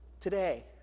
today